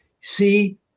see